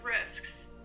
risks